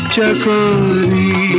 Chakori